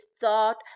thought